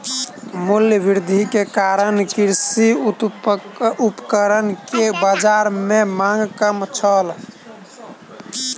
मूल्य वृद्धि के कारण कृषि उपकरण के बाजार में मांग कम छल